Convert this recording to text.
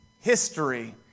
history